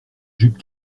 jupe